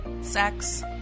sex